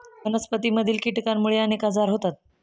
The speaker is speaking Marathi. वनस्पतींमधील कीटकांमुळे अनेक आजार होतात